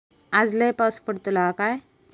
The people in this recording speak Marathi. आज लय पाऊस पडतलो हा काय?